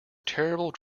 terrible